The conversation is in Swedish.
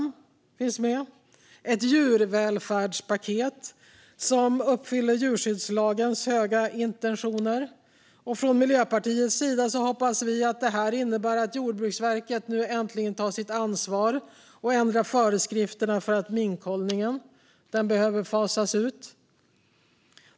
Det finns ett "djurvälfärdspaket" som uppfyller djurskyddslagens höga intentioner. Från Miljöpartiets sida hoppas vi att det innebär att Jordbruksverket äntligen tar sitt ansvar och ändrar föreskrifterna för minkhållningen, som behöver fasas ut.